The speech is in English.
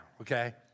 okay